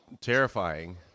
terrifying